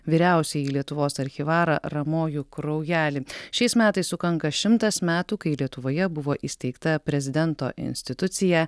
vyriausiąjį lietuvos archyvarą ramojų kraujelį šiais metais sukanka šimtas metų kai lietuvoje buvo įsteigta prezidento institucija